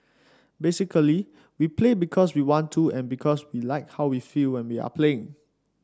basically we play because we want to and because we like how we feel when we are playing